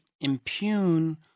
impugn